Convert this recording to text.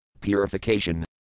purification